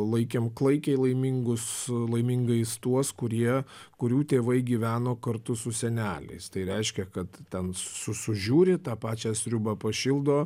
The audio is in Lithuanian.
laikėm klaikiai laimingus laimingais tuos kurie kurių tėvai gyveno kartu su seneliais tai reiškia kad ten su sužiūri tą pačią sriubą pašildo